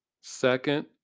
Second